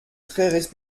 très